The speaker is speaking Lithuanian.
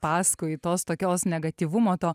paskui tos tokios negatyvumo to